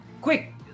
Quick